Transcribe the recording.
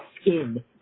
skin